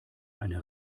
eine